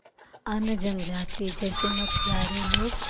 अन्य जनजाति जैसे मछुआरे लोग